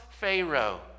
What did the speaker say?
Pharaoh